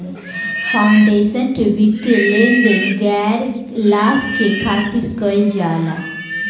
foundation के वित्तीय लेन देन गैर लाभ के खातिर कईल जाला